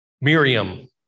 Miriam